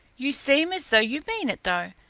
you seem as though you mean it, though.